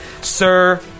Sir